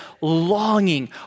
longing